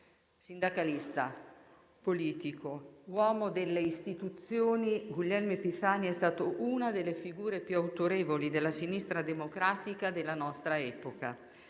Sindacalista, politico, uomo delle istituzioni, Guglielmo Epifani è stato una delle figure più autorevoli della Sinistra democratica della nostra epoca.